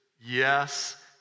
yes